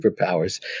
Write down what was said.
superpowers